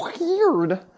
weird